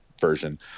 version